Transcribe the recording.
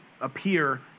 appear